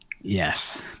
Yes